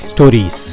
Stories